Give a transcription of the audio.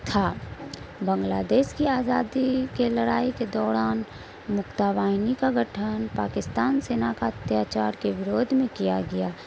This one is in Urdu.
تھا بنگلہ دیش کی آزادی کے لڑائی کے دوران مکتا واہینی کا گٹھن پاکستان سینا کا اتیاچار کے ورودھ میں کیا گیا